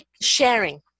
sharing